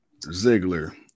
Ziggler